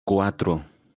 cuatro